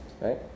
right